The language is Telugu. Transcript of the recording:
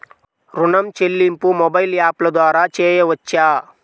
ఋణం చెల్లింపు మొబైల్ యాప్ల ద్వార చేయవచ్చా?